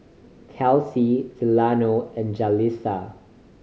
Kelsi Delano and Jalisa